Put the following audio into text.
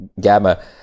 gamma